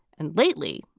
and lately,